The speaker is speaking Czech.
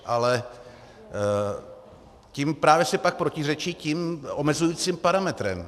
Ale tím si právě pak protiřečí tím omezujícím parametrem.